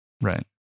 Right